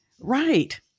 Right